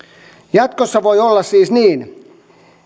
jatkossa voi olla siis niin